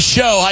Show